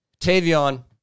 Tavion